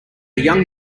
young